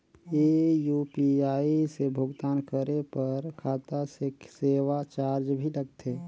ये यू.पी.आई से भुगतान करे पर खाता से सेवा चार्ज भी लगथे?